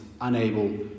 unable